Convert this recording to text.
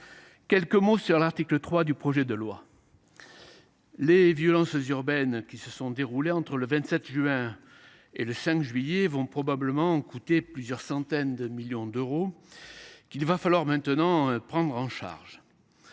brièvement l’article 3 du projet de loi. Les violences urbaines qui se sont déroulées entre le 27 juin et le 5 juillet derniers vont probablement coûter plusieurs centaines de millions d’euros, qu’il va maintenant falloir prendre en charge.